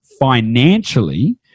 financially